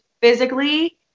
physically